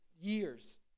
years